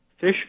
fish